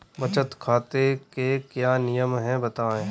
बचत खाते के क्या नियम हैं बताएँ?